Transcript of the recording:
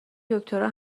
دکترا